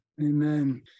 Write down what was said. Amen